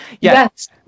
Yes